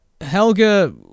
Helga